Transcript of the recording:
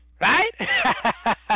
Right